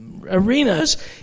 arenas